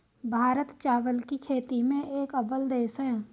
भारत चावल की खेती में एक अव्वल देश है